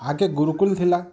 ଆଗେ ଗୁରୁକୁଲ୍ ଥିଲା